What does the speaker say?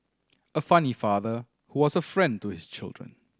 a funny father who was a friend to his children